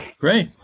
Great